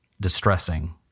distressing